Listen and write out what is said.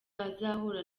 azahura